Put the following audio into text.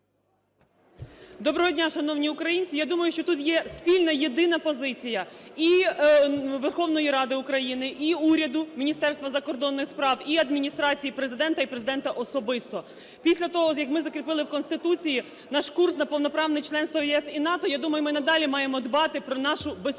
Доброго дня, шановні українці! Я думаю, що тут є спільна єдина позиція і Верховної Ради України, і уряду, Міністерства закордонних справ, і Адміністрації Президента і Президента особисто. Після того, як ми закріпили в Конституції наш курс на повноправне членство в ЄС і НАТО, я думаю, ми й надалі маємо дбати про нашу безпеку,